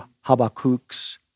Habakkuk's